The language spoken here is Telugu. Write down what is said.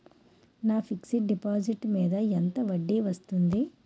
నా ఫిక్సడ్ డిపాజిట్ మీద ఎంత వడ్డీ వస్తుంది?